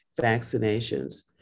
vaccinations